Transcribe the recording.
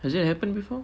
does it happen before